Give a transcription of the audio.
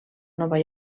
nova